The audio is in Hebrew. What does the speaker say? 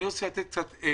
אני רוצה לתת אספקלריה